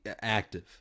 active